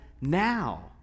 now